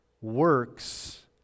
works